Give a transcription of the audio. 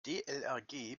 dlrg